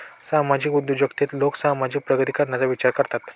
सामाजिक उद्योजकतेत लोक समाजाची प्रगती करण्याचा विचार करतात